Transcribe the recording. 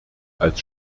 als